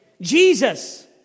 Jesus